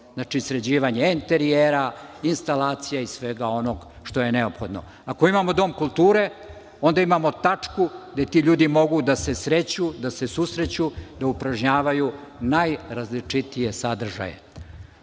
Znači, sređivanje enterijera, instalacija i svega onoga što je neophodno. Ako imamo dom kulture, onda imamo tačku gde ti ljudi mogu da se sreću, da se susreću, da upražnjavaju najrazličitije sadržaje. To